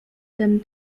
tem